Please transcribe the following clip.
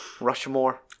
Rushmore